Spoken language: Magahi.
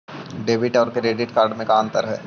डेबिट और क्रेडिट कार्ड में का अंतर हइ?